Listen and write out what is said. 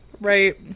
Right